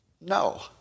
No